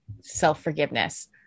self-forgiveness